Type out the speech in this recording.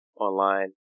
online